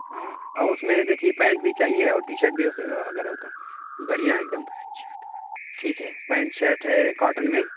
ہاں اور اس میں دیکھیے پینٹ بھی چاہیے اور ٹی شرٹ بھی اگر ہو تو بڑھیا ایک دم ٹھیک ہے پینٹ شرٹ ہے کاٹن میں